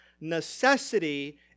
necessity